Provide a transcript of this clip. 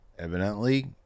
Evidently